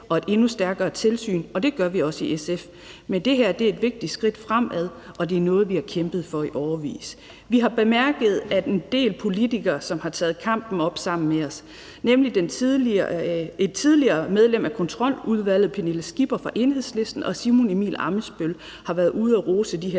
og et endnu stærkere tilsyn, og det gør vi også i SF, men det her er et vigtigt skridt fremad, og det er noget, vi har kæmpet for i årevis. Vi har bemærket, at en del politikere, som har taget kampen op sammen med os, nemlig et tidligere medlem af Kontroludvalget, Pernille Skipper fra Enhedslisten, og Simon Emil Ammitzbøll-Bille, har været ude at rose de her